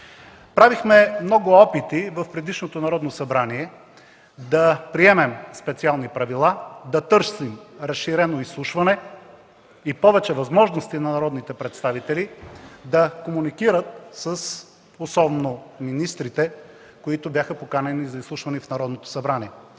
Правихме много опити в предишното Народно събрание да приемем специални правила, да търсим разширено изслушване и повече възможности на народните представители да комуникират особено с министрите, които бяха поканени за изслушване в Народното събрание.